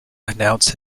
announced